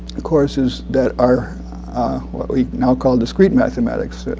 courses that are what we now call discrete mathematics,